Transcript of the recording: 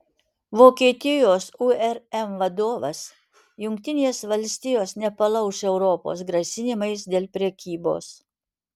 vokietijos urm vadovas jungtinės valstijos nepalauš europos grasinimais dėl prekybos